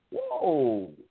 Whoa